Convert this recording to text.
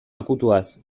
akutuaz